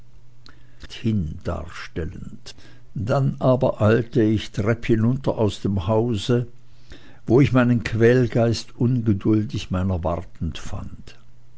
dann aber eilte ich trepphinunter aus dem hause wo ich meinen quälgeist ungeduldig meiner wartend fand